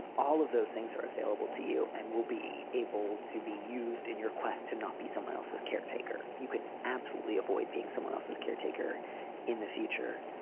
all of those things are available to you. and we'll be able to be used in your quest to not be someone else's caretaker. you can absolutely avoid being someone else's caretaker in the future.